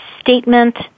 statement